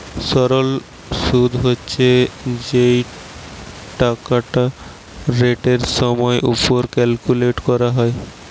সরল শুদ হচ্ছে যেই টাকাটা রেটের সময়ের উপর ক্যালকুলেট করা হয়